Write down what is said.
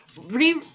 re